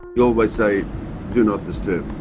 he always say do not disturb